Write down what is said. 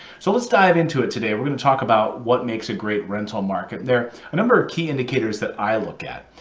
so let's dive into it today. we're going to talk about what makes a great rental market. there are a number of key indicators that i look at.